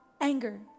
anger